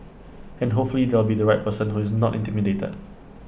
and hopefully there will be the right person who is not intimidated